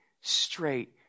straight